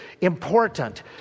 important